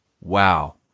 Wow